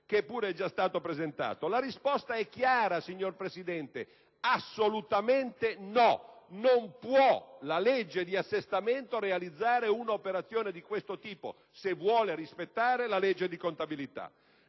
La risposta è chiara, signor Presidente: assolutamente no, la legge di assestamento non può realizzare un'operazione di questo tipo, se vuole rispettare la legge di contabilità.